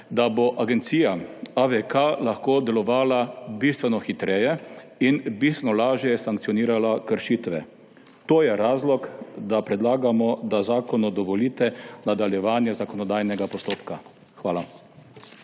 da bo AVK lahko delovala bistveno hitreje in bistveno lažje sankcionirala kršitve. To je razlog, da predlagamo, da zakonu dovolite nadaljevanje zakonodajnega postopka. Hvala.